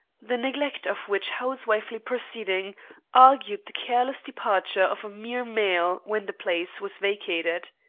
the neglect of which housewifely proceeding argued the careless departure of a mere male when the place was vacated.